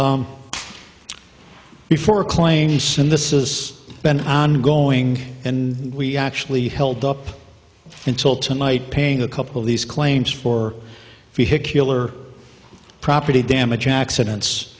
ag before claiming soon this is been ongoing and we actually held up until tonight paying a couple of these claims for if you hit killer property damage accidents